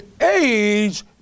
age